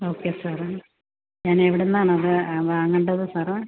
okay സാറേ ഞാൻ എവിടുന്നാണത് വാങ്ങേണ്ടത് സാറേ